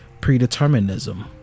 predeterminism